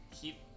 keep